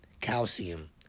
calcium